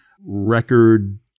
record